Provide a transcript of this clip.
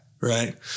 right